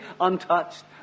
untouched